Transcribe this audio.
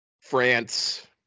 France